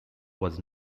was